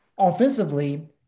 offensively